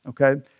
Okay